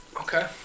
Okay